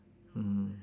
mm